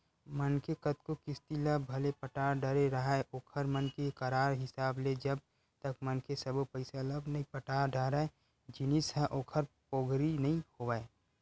मनखे कतको किस्ती ल भले पटा डरे राहय ओखर मन के करार हिसाब ले जब तक मनखे सब्बो पइसा ल नइ पटा डरय जिनिस ह ओखर पोगरी नइ होवय